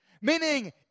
Meaning